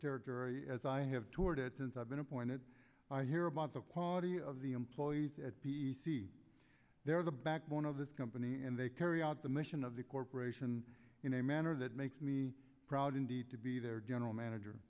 territory as i have toured it since i've been appointed i hear about the quality of the employees at see they are the backbone of this company and they carry out the mission of the corporation in a manner that makes me proud indeed to be their general manager